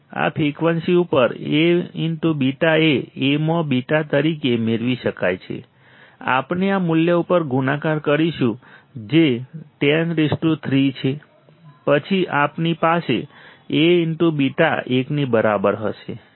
આ ફ્રિકવન્સી ઉપર A β એ A માં β તરીકે મેળવી શકાય છે આપણે આ મૂલ્ય ઉપર ગુણાકાર કરીશું જે 103 છે પછી આપણી પાસે A β 1 ની બરાબર હશે